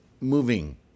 moving